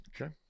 Okay